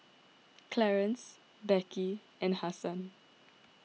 Clarance Beckie and Hasan